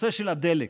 הנושא של הדלק: